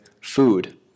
food